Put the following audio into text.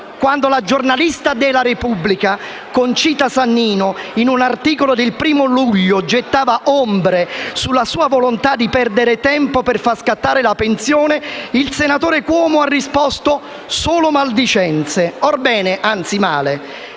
Quando la giornalista del quotidiano "La Repubblica" Conchita Sannino, in un articolo del primo luglio, ha gettato ombre sulla sua volontà di perdere tempo per far scattare la pensione, il senatore Cuomo ha risposto che sono solo maldicenze. Orbene, anzi male: